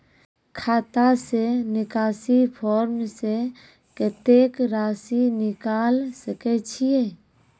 खाता से निकासी फॉर्म से कत्तेक रासि निकाल सकै छिये?